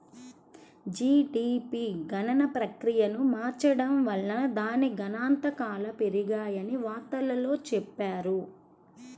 GDP గణన ప్రక్రియను మార్చడం వల్ల దాని గణాంకాలు పెరిగాయని వార్తల్లో చెప్పారు